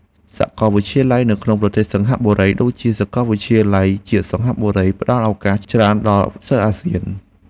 សាកលវិទ្យាល័យនៅក្នុងប្រទេសសិង្ហបុរីដូចជាសាកលវិទ្យាល័យជាតិសិង្ហបុរីផ្តល់ឱកាសច្រើនដល់សិស្សអាស៊ាន។